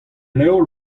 levr